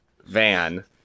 van